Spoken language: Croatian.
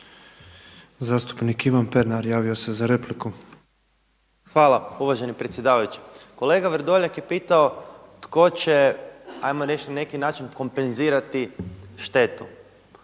Zastupnik Ivan Pernar javio se za repliku. **Pernar, Ivan (Živi zid)** Hvala uvaženi predsjedavajući. Kolega Vrdoljak je pitao tko će, hajmo reći na neki način kompenzirati štetu.